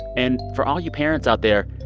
and for all you parents out there,